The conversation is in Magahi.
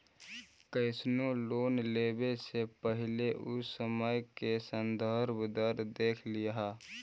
कइसनो लोन लेवे से पहिले उ समय के संदर्भ दर देख लिहऽ